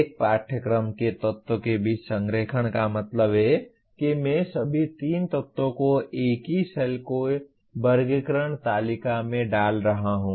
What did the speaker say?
एक पाठ्यक्रम के तत्वों के बीच संरेखण का मतलब है कि मैं सभी तीन तत्वों को एक ही सेल के वर्गीकरण तालिका में डाल रहा हूं